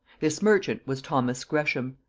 this merchant was thomas gresham.